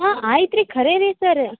ಹಾಂ ಆಯ್ತು ರೀ ಖರೆ ರೀ ಸರ